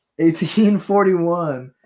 1841